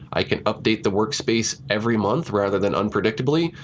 i can update the workspace every month rather than unpredictably.